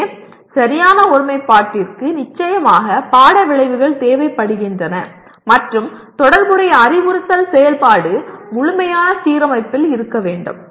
எனவே சரியான ஒருமைப்பாட்டிற்கு நிச்சயமாக பாட விளைவுகள் தேவைப்படுகின்றன மற்றும் தொடர்புடைய அறிவுறுத்தல் செயல்பாடு முழுமையான சீரமைப்பில் இருக்க வேண்டும்